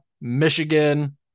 Michigan